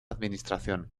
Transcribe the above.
administración